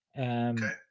Okay